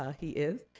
ah he is.